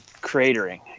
cratering